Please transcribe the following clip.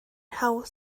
hawdd